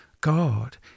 God